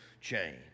change